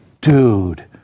dude